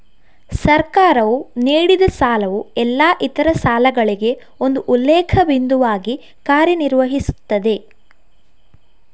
ಸರ್ಕಾರವು ನೀಡಿದಸಾಲವು ಎಲ್ಲಾ ಇತರ ಸಾಲಗಳಿಗೆ ಒಂದು ಉಲ್ಲೇಖ ಬಿಂದುವಾಗಿ ಕಾರ್ಯ ನಿರ್ವಹಿಸುತ್ತದೆ